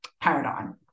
paradigm